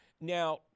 now